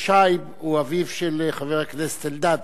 ששייב הוא אביו של חבר הכנסת אלדד,